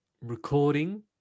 Recording